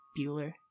Bueller